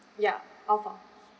ya all four